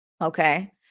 okay